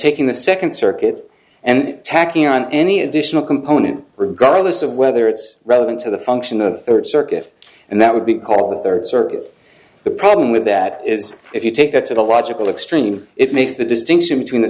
taking the second circuit and tacking on any additional component regardless of whether it's relevant to the function of the circuit and that would be called the third circuit the problem with that is if you take that to the logical extreme it makes the distinction between the